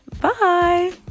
Bye